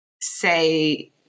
say